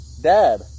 dad